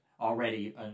already